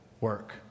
work